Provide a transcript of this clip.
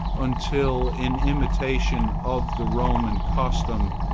until, in imitation of the roman custom,